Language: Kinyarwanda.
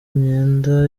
imyenda